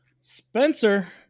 Spencer